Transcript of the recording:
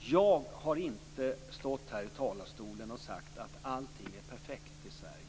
Jag har inte från denna talarstol sagt att allt är perfekt i Sverige.